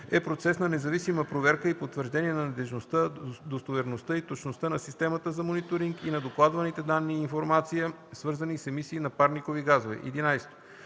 е процес на независима проверка и потвърждение на надеждността, достоверността и точността на системата за мониторинг и на докладваните данни и информация, свързани с емисии на парникови газове.